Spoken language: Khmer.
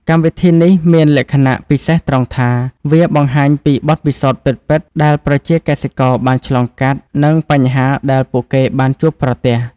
កម្មវិធីនេះមានលក្ខណៈពិសេសត្រង់ថា វាបង្ហាញពីបទពិសោធន៍ពិតៗដែលប្រជាកសិករបានឆ្លងកាត់ និងបញ្ហាដែលពួកគេបានជួបប្រទះ។